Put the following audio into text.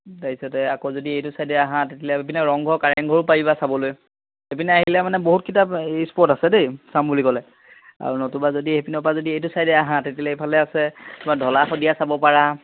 তাৰপিছতে আকৌ যদি এইটো চাইডে আহা তেতিয়াহলে এইপিনে ৰংঘৰ কাৰেংঘৰো পাৰিবা চাবলৈ সেইপিনে আহিলে মানে বহুত কিটা ইস্পট আছে দেই চাম বুলি ক'লে আৰু নতুবা যদি সেইপিনৰ পৰা যদি এইটো চাইডে আহা তেতিয়া হ'লে এইফালে আছে তোমাৰ আছে ঢলা শদিয়া চাব পাৰা